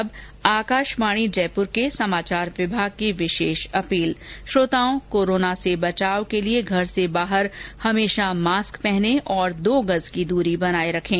और अब आकाशवाणी जयपुर के समाचार विभाग की विशेष अपील श्रोताओं कोरोना से बचाव के लिए घर से बाहर हमेशा मास्क पहने और दो गज की दूरी बनाए रखें